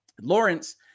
Lawrence